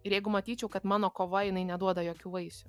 ir jeigu matyčiau kad mano kova jinai neduoda jokių vaisių